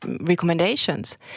recommendations